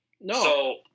No